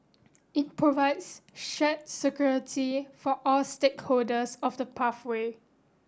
it provides shared security for all stakeholders of the pathway